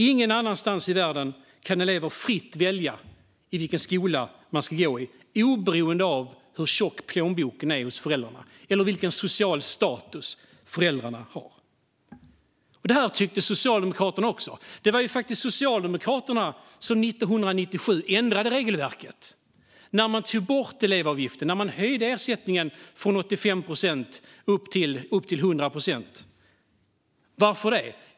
Ingen annanstans i världen kan elever fritt välja vilken skola de ska gå i, oberoende av hur tjock föräldrarnas plånbok är och vilken social status som föräldrarna har. Det här tyckte Socialdemokraterna också. Det var ju faktiskt Socialdemokraterna som 1997 ändrade regelverket; man tog bort elevavgiften och höjde ersättningen från 85 procent till 100 procent. Varför det?